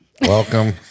welcome